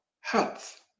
health